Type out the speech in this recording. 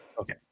Okay